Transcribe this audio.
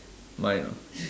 mine ah